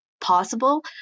possible